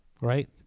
right